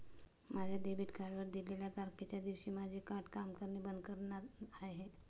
माझ्या डेबिट कार्डवर दिलेल्या तारखेच्या दिवशी माझे कार्ड काम करणे बंद करणार आहे